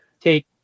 take